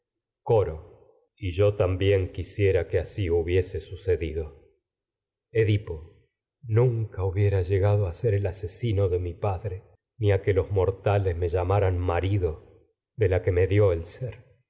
coro también quisiera asi hubiese su cedido edipo nunca hubiera llegado a ser asesino de mi padre ni a que los que los mortales me pero de llamaran marido de la veo y me dió el soy ser